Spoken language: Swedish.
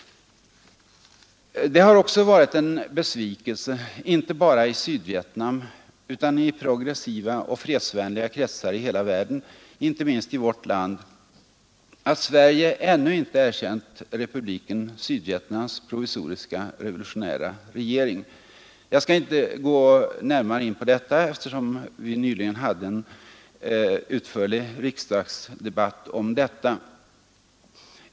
Det har också varit en besvikelse — inte bara i Sydvietnam utan i progressiva och fredsvänliga kretsar i hela världen, inte minst i vårt land — att Sverige ännu inte erkänt Republiken Sydvietnams provisoriska revolutionära regering. Jag skall inte gå närmare in på detta, eftersom det nyligen fördes en utförlig riksdagsdebatt om denna fråga.